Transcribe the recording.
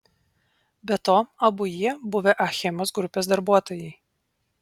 be to abu jie buvę achemos grupės darbuotojai